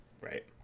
Right